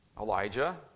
Elijah